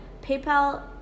PayPal